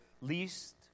least